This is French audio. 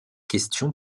question